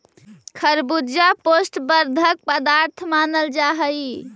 तरबूजा पुष्टि वर्धक पदार्थ मानल जा हई